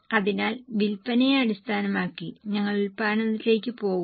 അതിനാൽ വിൽപ്പനയെ അടിസ്ഥാനമാക്കി ഞങ്ങൾ ഉൽപാദനത്തിലേക്ക് പോകുന്നു